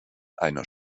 einer